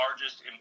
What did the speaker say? largest